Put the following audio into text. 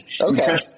Okay